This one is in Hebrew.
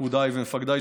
פקודיי ומפקדיי,